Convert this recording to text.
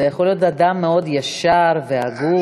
זה יכול להיות אדם מאוד ישר והגון.